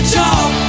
talk